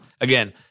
Again